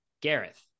Gareth